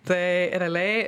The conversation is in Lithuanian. taai realiai